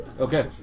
Okay